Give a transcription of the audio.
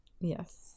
Yes